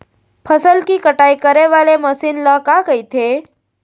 फसल की कटाई करे वाले मशीन ल का कइथे?